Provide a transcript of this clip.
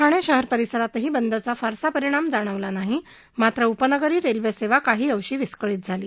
ठाणे शहरात परिसरातही बंदचा फारसा परिणाम जाणवला नाही मात्र उपनगरी रेल्वेसेवा काही अंशी विस्कळीत झाली